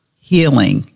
healing